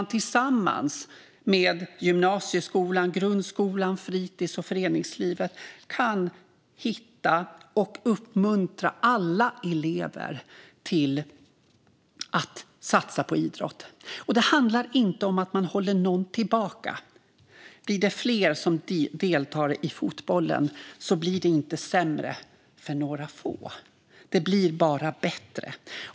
Gymnasieskolan, grundskolan, fritis och föreningslivet kan tillsammans hitta och uppmuntra alla elever att satsa på idrott. Det handlar inte om att hålla någon tillbaka. Om det blir fler som deltar i fotbollen blir det inte sämre för några få. Det blir bara bättre.